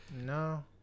No